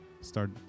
start